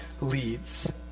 leads